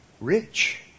rich